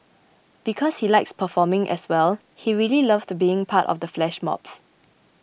because he likes performing as well he really loved being a part of the flash mobs